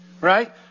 Right